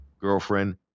girlfriend